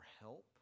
help